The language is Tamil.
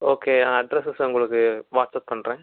ஓகே என் அட்ரெஸ்ஸை உங்களுக்கு வாட்ஸ்அப் பண்ணுறேன்